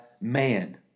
Man